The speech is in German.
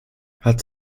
hat